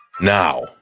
Now